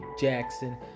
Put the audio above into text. Jackson